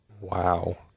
Wow